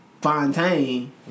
Fontaine